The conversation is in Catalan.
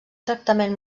tractament